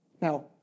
Now